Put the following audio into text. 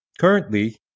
Currently